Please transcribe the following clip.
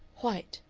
white,